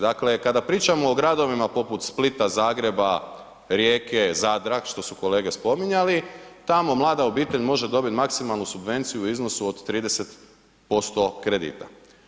Dakle kada pričamo o gradovima poput Splita, Zagreba, Rijeke, Zadra, što su kolege spominjali, tamo mlada obitelj može dobiti maksimalnu subvenciju u iznosu od 30% kredita.